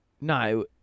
No